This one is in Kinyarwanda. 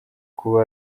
kuba